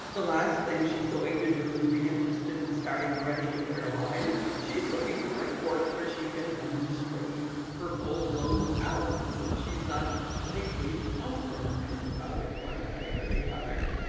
the last thing she's going to do is be interested in starting ready to wear alive, she's looking for a court where she can demonstrate for full blown talents and she's not likely to compromise about it one way or the other.